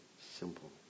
simple